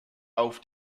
auf